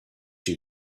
you